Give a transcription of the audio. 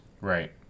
Right